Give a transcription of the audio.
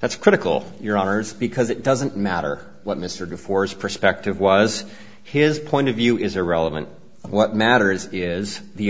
that's critical your honour's because it doesn't matter what mr de force perspective was his point of view is irrelevant what matters is the